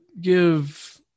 give –